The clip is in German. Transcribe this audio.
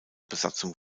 besatzung